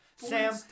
Sam